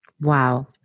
Wow